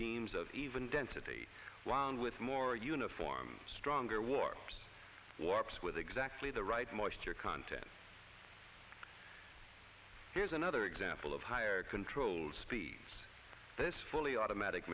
beams of even density wound with more uniform stronger war warps with exactly the right moisture content here's another example of higher control speeds this fully automatic